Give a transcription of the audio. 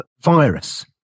virus